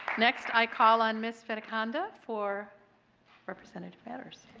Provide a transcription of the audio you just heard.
next i call on ms. vattikonda for representative matters.